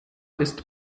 ist